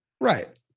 Right